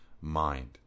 mind